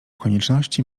konieczności